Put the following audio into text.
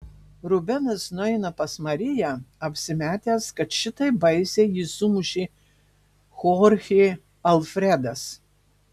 rubenas nueina pas mariją apsimetęs kad šitaip baisiai jį sumušė chorchė alfredas